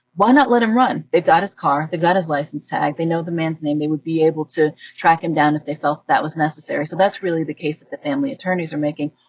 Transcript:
why not let him run? they've got his car. they've got his license tag. they know the man's name. they would be able to track him down if they felt that was necessary. so that's really the case that the family attorneys are making.